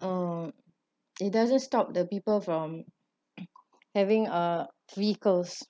um it doesn't stop the people from having uh vehicles